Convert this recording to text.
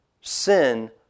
Sin